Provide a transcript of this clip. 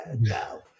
no